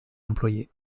employé